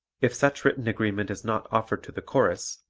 if such written agreement is not offered to the chorus,